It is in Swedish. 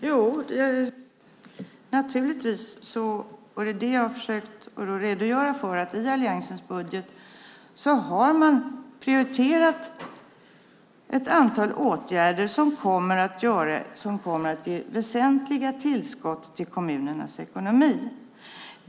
Herr talman! Jo, naturligtvis. Jag har försökt att redogöra för att alliansen har prioriterat ett antal åtgärder i sin budget som kommer att ge väsentliga tillskott till kommunernas ekonomi.